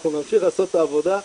אנחנו נמשיך לעשות את העבודה,